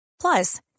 Plus